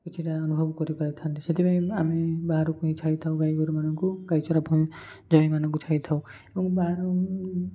କିଛିଟା ଅନୁଭବ କରିପାରିଥାନ୍ତେ ସେଥିପାଇଁ ଆମେ ବାହାରକୁ ହିଁ ଛାଡ଼ିଥାଉ ଗାଈଗୋରୁମାନଙ୍କୁ ଗାଈ ଚରା ଜମି ଜମିମାନଙ୍କୁ ଛାଡ଼ିଥାଉ ଏବଂ ବାହାରୁ